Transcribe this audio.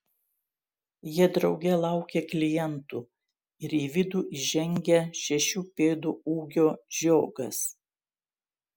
jie drauge laukia klientų ir į vidų įžengia šešių pėdų ūgio žiogas